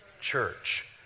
church